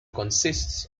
consists